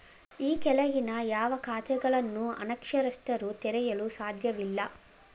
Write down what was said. ಈ ಕೆಳಗಿನ ಯಾವ ಖಾತೆಗಳನ್ನು ಅನಕ್ಷರಸ್ಥರು ತೆರೆಯಲು ಸಾಧ್ಯವಿಲ್ಲ?